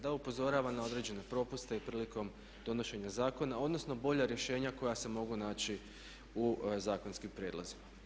Da upozorava na određene propuste i prilikom donošenja zakona odnosno bolja rješenja koja se mogu naći u zakonskim prijedlozima.